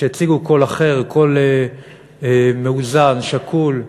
שהציגו קול אחר, קול מאוזן, שקול,